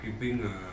keeping